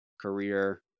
career